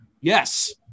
Yes